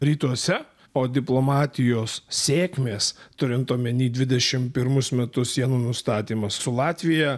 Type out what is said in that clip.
rytuose o diplomatijos sėkmės turint omeny dvidešim pirmus metus sienų nustatymas su latvija